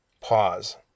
pause